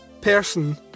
person